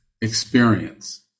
experience